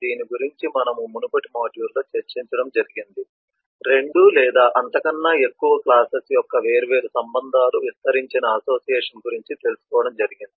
దీని గురించి మనము మునుపటి మాడ్యూల్ లో చర్చించడం జరిగింది 2 లేదా అంతకన్నా ఎక్కువ క్లాసెస్ యొక్క వేర్వేరు సంబంధాలు విస్తరించిన అసోసియేషన్ గురించి తెలుసుకోవడం జరిగింది